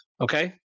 okay